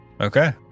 Okay